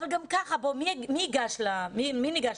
אבל גם ככה, מי ניגש לזה?